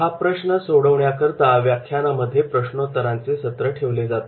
हा प्रश्न सोडवण्याकरता व्याख्यानामध्ये प्रश्नोत्तरांचे सत्र ठेवले जाते